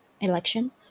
election